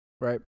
right